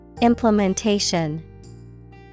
Implementation